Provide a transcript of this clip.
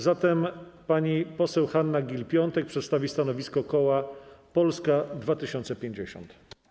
Zatem pani poseł Hanna Gill-Piątek przedstawi stanowisko koła Polska 2050.